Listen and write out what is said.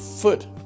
foot